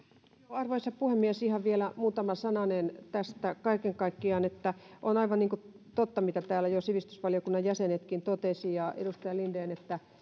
arvoisa puhemies ihan vielä muutama sananen tästä kaiken kaikkiaan on aivan totta mitä täällä jo sivistysvaliokunnan jäsenetkin ja edustaja linden totesivat